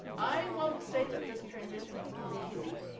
i won't say that this transition has been easy.